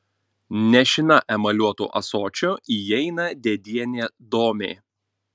nešina emaliuotu ąsočiu įeina dėdienė domė